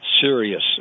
serious